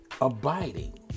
abiding